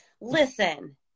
listen